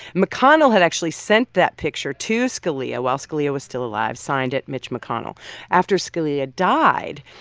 mcconnell had actually sent that picture to scalia while scalia was still alive, signed it mitch mcconnell after scalia died,